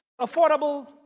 Affordable